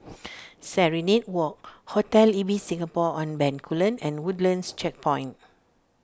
Serenade Walk Hotel Ibis Singapore on Bencoolen and Woodlands Checkpoint